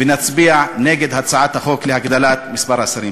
ונצביע נגד הצעת החוק להגדלת מספר השרים.